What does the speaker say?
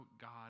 God